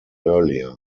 earlier